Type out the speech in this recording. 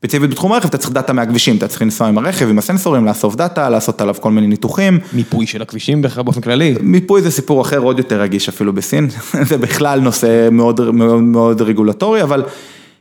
ספציפית בתחום הרכב אתה צריך דאטה מהכבישים, אתה צריך לנסוע עם הרכב, עם הסנסורים, לעשות דאטה, לעשות עליו כל מיני ניתוחים. מיפוי של הכבישים בכלל באופן כללי. מיפוי זה סיפור אחר, עוד יותר רגיש אפילו בסין, זה בכלל נושא מאוד רגולטורי, אבל...